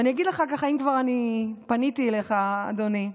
ואני אגיד לך, אם אני כבר פניתי אליך, אדוני,